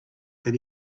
that